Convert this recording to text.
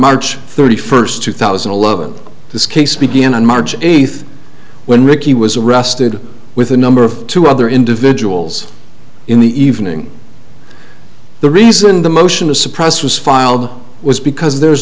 march thirty first two thousand and eleven this case began on march eighth when ricky was arrested with a number of two other individuals in the evening the reason the motion to suppress was filed was because there